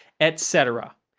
etc.